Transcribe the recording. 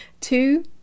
two